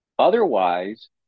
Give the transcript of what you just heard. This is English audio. Otherwise